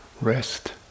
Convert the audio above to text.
rest